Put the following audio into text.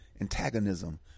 antagonism